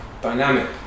dynamic